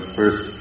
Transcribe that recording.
first